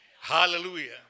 Hallelujah